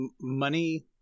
money